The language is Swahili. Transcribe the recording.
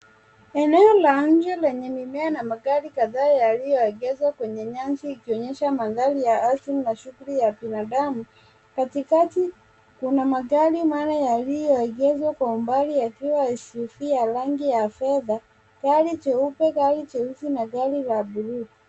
Eneo la nje lenye mimea na magari kadhaa yaliyoegezwa kwenye nyasi ikionyesha mandhari asili na shughuli ya binadamu, katikati kuna magari manne yaliyoegeshwa kwa umbali yakiwa SUV ya rangi ya fedha, gari jeupe, gari jeusi na gari la bluu.